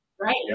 Right